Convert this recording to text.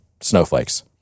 snowflakes